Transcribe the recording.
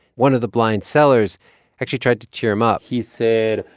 one of the blind sellers actually tried to cheer him up he said,